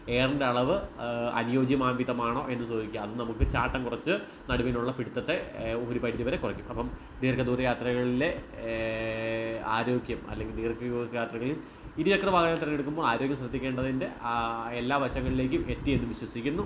എയറിൻ്റെ അളവ് അനുയോജ്യമാം വിധമാണോ എന്ന് ചോദിക്കുക അത് നമുക്ക് ചാട്ടം കുറച്ച് നടുവിനുള്ള പിടുത്തത്തെ ഒരു പരിധിവരെ കുറയ്ക്കും അപ്പം ദീർഘദൂര യാത്രകളിലെ ആരോഗ്യം അല്ലെങ്കിൽ ദീർഘദൂര യാത്രകളിൽ ഇരുചക്ര വാഹനം തിരഞ്ഞെടുക്കുമ്പോൾ ആരോഗ്യം ശ്രദ്ധിക്കേണ്ടതിൻ്റെ എല്ലാ വശങ്ങളിലേക്കും എത്തിയെന്ന് വിശ്വസിക്കുന്നു